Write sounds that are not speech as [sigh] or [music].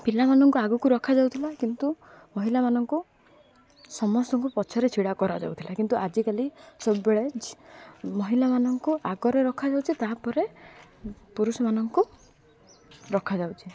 ପିଲାମାନଙ୍କୁ ଆଗକୁ ରଖାଯାଉଥିଲା କିନ୍ତୁ ମହିିଲାମାନଙ୍କୁ ସମସ୍ତଙ୍କୁ ପଛରେ ଛିଡ଼ା କରାଯାଉଥିଲା କିନ୍ତୁ ଆଜିକାଲି ସବୁବେଳେ [unintelligible] ମହିଳାମାନଙ୍କୁ ଆଗରେ ରଖାଯାଉଛି ତା'ପରେ ପୁରୁଷମାନଙ୍କୁ ରଖାଯାଉଛି